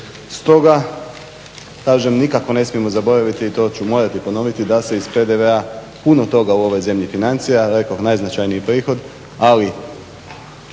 Stoga kažem nikako ne smijemo zaboraviti, i to ću morati ponoviti da se iz PDV-a puno toga u ovoj zemlji financira. Rekoh najznačajniji prihod, ali